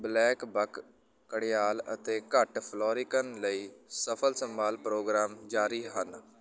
blackbuck ਘੜਿਆਲ ਅਤੇ ਘੱਟ ਫਲੋਰਿਕਨ ਲਈ ਸਫ਼ਲ ਸੰਭਾਲ ਪ੍ਰੋਗਰਾਮ ਜਾਰੀ ਹਨ